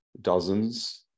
dozens